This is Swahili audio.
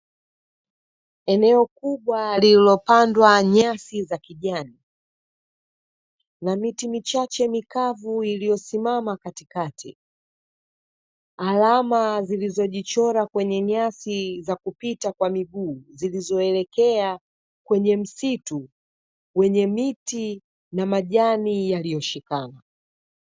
Eneo kubwa lililopandwa nyasi za kijani na miti michache mikavu iliyosimama katikati. Alama zilizojichora kwenye nyasi za kupita kwa miguu zilizoelekea kwenye msitu wenye miti na majani yaliyoshikana.